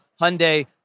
Hyundai